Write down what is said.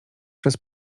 przez